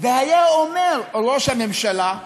והיה אומר ראש הממשלה: